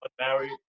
married